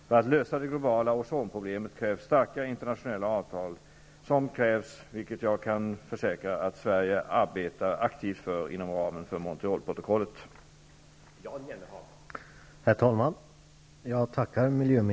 För att lösa det globala ozonproblemet krävs starka internationella avtal, vilket jag kan försäkra att Sverige arbetar aktivt för inom ramen för Montrealprotokollet. Då Annika Åhnberg, som framställt frågan, anmält att hon var förhindrad att närvara vid sammanträdet, medgav förste vice talmannen att